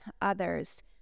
others